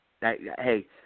Hey